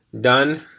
done